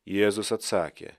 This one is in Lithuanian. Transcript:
jėzus atsakė